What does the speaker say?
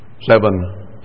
seven